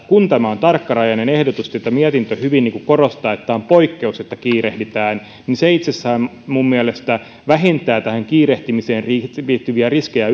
kun tämä on tarkkarajainen ehdotus sitä mietintö hyvin korostaa että tämä on poikkeus että kiirehditään niin se itsessään minun mielestäni vähentää tähän kiirehtimiseen liittyviä riskejä